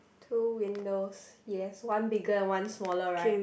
two windows yes one bigger and one smaller right